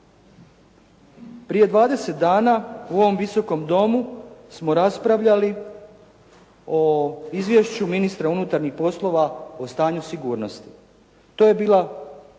Prije 20 dana u ovom Visokom domu smo raspravljali o Izvješću ministra unutarnjih poslova o stanju sigurnosti. Ta rasprava